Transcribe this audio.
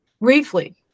briefly